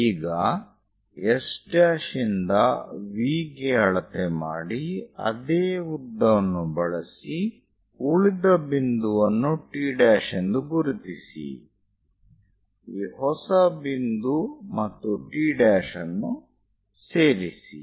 ಈಗ S' ಇಂದ V ಗೆ ಅಳತೆ ಮಾಡಿ ಅದೇ ಉದ್ದವನ್ನು ಬಳಸಿ ಉಳಿದ ಬಿಂದುವನ್ನು T' ಎಂದು ಗುರುತಿಸಿ ಈ ಹೊಸ ಬಿಂದು ಮತ್ತು T' ಅನ್ನು ಸೇರಿಸಿ